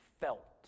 felt